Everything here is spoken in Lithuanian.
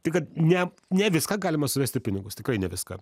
tai kad ne ne viską galima suvest į pinigus tikrai ne viską